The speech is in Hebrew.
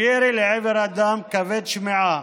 הוא ירי לעבר אדם כבד שמיעה,